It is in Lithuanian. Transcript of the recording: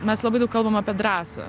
mes labai daug kalbam apie drąsą